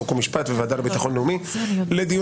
חוק ומשפט והוועדה לביטחון לאומי לדיון